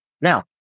Now